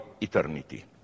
eternity